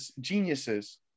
geniuses